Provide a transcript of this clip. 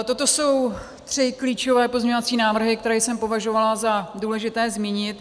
Toto jsou tři klíčové pozměňovací návrhy, které jsem považovala za důležité zmínit.